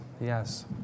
Yes